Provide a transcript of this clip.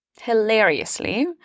hilariously